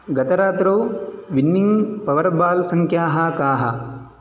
गतरात्रौ winning power ball सङ्ख्याः काः